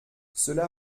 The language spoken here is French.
cela